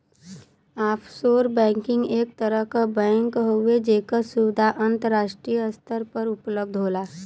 offshore banking एक तरह क बैंक हउवे जेकर सुविधा अंतराष्ट्रीय स्तर पर उपलब्ध होला